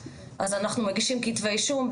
אז אנחנו מגישים כתבי אישום,